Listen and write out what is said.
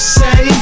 say